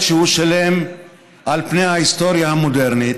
שהוא שילם על פני ההיסטוריה המודרנית,